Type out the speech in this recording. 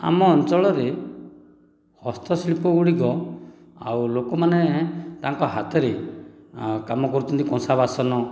ଆମ ଅଞ୍ଚଳରେ ହସ୍ତଶିଳ୍ପ ଗୁଡ଼ିକ ଆଉ ଲୋକମାନେ ତାଙ୍କ ହାତରେ କାମ କରୁଛନ୍ତି କଂସା ବାସନ